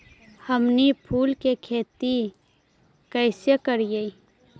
हमनी फूल के खेती काएसे करियय?